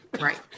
Right